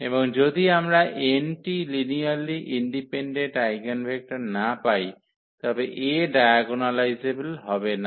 এবং যদি আমরা n টি লিনিয়ারলি ইন্ডিপেন্ডেন্ট আইগেনভেক্টর না পাই তবে A ডায়াগোনালাইজেবল হবে না